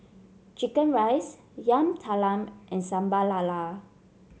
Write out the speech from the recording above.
chicken rice Yam Talam and Sambal Lala